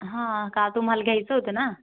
हां का तुम्हाला घ्यायचं होतं ना